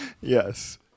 Yes